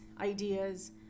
ideas